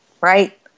right